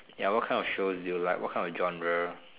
ya what kind of shows do you like what kind of genre